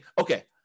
okay